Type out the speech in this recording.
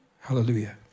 Hallelujah